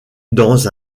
dans